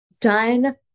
done